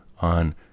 on